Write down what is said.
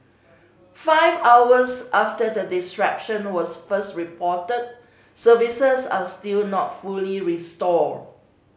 five hours after the disruption was first reported services are still not fully restored